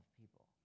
people